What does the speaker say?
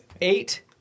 eight